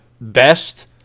best